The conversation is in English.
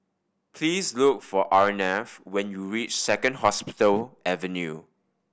please look for Arnav when you reach Second Hospital Avenue